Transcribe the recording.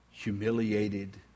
Humiliated